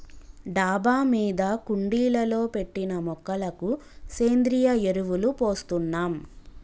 డాబా మీద కుండీలలో పెట్టిన మొక్కలకు సేంద్రియ ఎరువులు పోస్తున్నాం